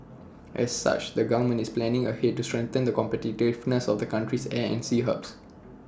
as such the government is planning ahead to strengthen the competitiveness of the country's air and sea hubs